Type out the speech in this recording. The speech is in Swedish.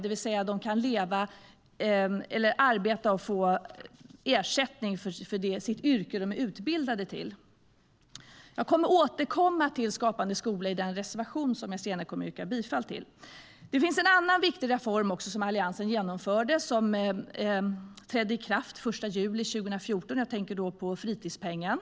De kan alltså arbeta och få ersättning för det de är utbildade till. En annan viktig reform som Alliansen genomförde trädde i kraft den 1 juli 2014. Jag tänker på fritidspengen.